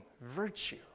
virtue